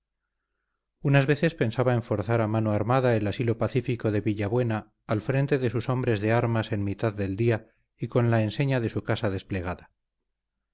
unas veces pensaba en forzar a mano armada el asilo pacífico de villabuena al frente de sus hombres de armas en mitad del día y con la enseña de su casa desplegada